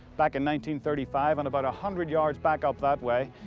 back in nineteen-thirty-five in about a hundred yards back up that way.